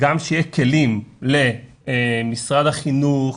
גם שיהיו כלים למשרד החינוך,